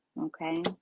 Okay